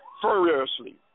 furiously